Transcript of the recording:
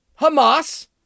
Hamas